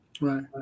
Right